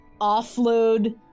offload